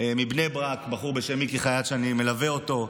מבני ברק, בחור בשם מיקי חייט, שאני מלווה אותו.